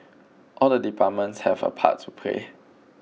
all the departments had a part to play